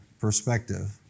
perspective